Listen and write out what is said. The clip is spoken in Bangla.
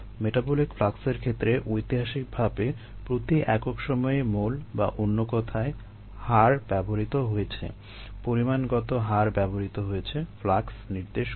মেটাবলিক ফ্লাক্সের ক্ষেত্রে ঐতিহাসিকভাবে প্রতি একক সময়ে মোল বা অন্য কথায় হার ব্যবহৃত হয়েছে পরিমাণগত হার ব্যবহৃত হয়েছে ফ্লাক্স নির্দেশ করতে